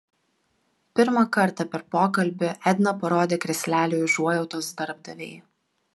pirmą kartą per pokalbį edna parodė krislelį užuojautos darbdavei